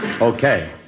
Okay